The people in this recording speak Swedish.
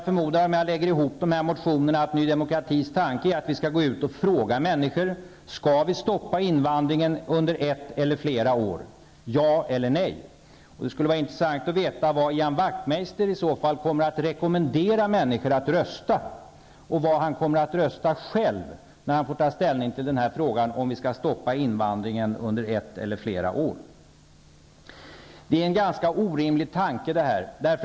När jag lägger ihop de här motionerna förmodar jag att Ny Demokratis tanke är att vi skall gå ut och fråga människor: Skall vi stoppa invandringen under ett eller flera år, ja eller nej? Det skulle vara intressant att få veta hur Ian Wachtmeister i så fall skulle rekommendera människor att rösta och vad han själv kommer att rösta på när han får ta ställning till frågan om vi skall stoppa invandringen under ett eller flera år. Detta är en ganska orimlig tanke.